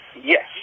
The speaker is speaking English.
Yes